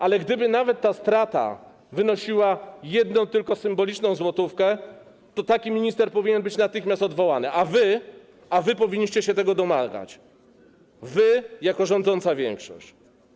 Ale gdyby nawet ta strata wynosił jedną tylko symboliczną złotówkę, to taki minister powinien być natychmiast odwołany, a wy powinniście się tego domagać, wy jako rządząca większość.